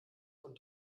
von